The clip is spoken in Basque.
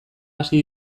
hasi